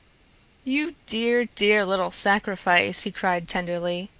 you dear, dear little sacrifice, he cried tenderly.